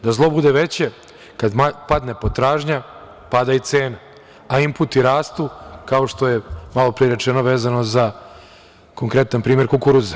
Da zlo bude veće, kada padne potražnja, pada i cena, a inputi rastu, kao što je malopre rečeno, vezano za konkretan primer kukuruza.